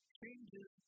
changes